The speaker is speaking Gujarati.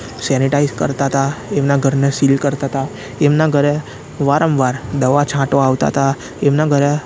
સેનિટાઈઝ કરતા હતા એમનાં ઘરને સીલ કરતા હતા એમનાં ઘરે વારંવાર દવા છાંટવા આવતા હતા એમનાં ઘરે